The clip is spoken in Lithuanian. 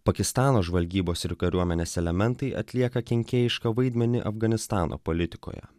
pakistano žvalgybos ir kariuomenės elementai atlieka kenkėjišką vaidmenį afganistano politikoje